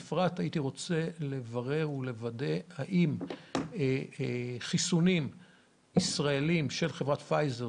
בפרט הייתי רוצה לברר ולוודא האם חיסונים ישראליים של חברת פייזר,